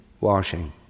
washing